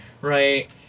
right